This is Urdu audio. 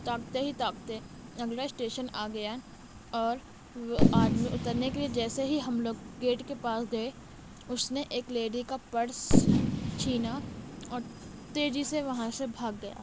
تاکتے ہی تاکتے اگلا اسٹیشن آ گیا اور وہ آدمی اترنے کے لیے جیسے ہی ہم لوگ گیٹ کے پاس گیے اس نے ایک لیڈی کا پرس چھینا اور تیزی سے وہاں سے بھاگ گیا